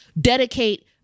dedicate